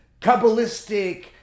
Kabbalistic